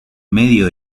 medio